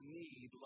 need